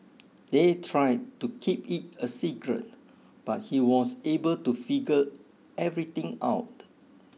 they tried to keep it a secret but he was able to figure everything out